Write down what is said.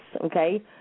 okay